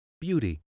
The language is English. beauty